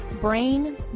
brain